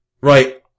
Right